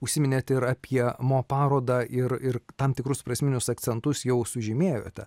užsiminėt ir apie mo parodą ir ir tam tikrus prasminius akcentus jau sužymėjote